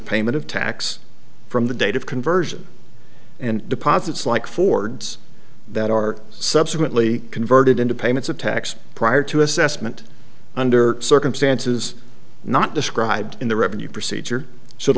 payment of tax from the date of conversion and deposits like fords that are subsequently converted into payments of tax prior to assessment under circumstances not described in the revenue procedure should